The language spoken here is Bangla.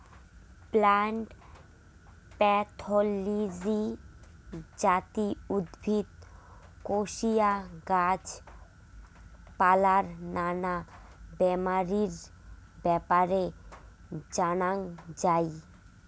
প্লান্ট প্যাথলজি যাতি উদ্ভিদ, কোশিয়া, গাছ পালার নানা বেমারির ব্যাপারে জানাঙ যাই